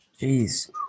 Jeez